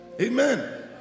Amen